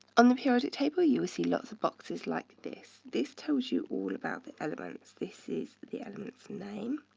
on the periodic table, you will see lots of boxes like this. this tells you all about the elements. this is the element's name,